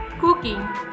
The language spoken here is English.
cooking